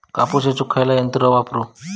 कापूस येचुक खयला यंत्र वापरू?